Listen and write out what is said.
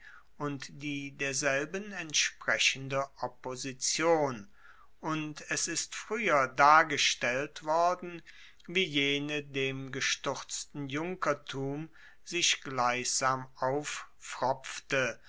und die derselben entsprechende opposition und es ist frueher dargestellt worden wie jene dem gestuerzten junkertum sich gleichsam